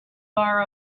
bar